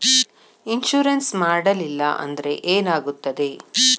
Insurance ಮಾಡಲಿಲ್ಲ ಅಂದ್ರೆ ಏನಾಗುತ್ತದೆ?